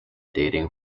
dating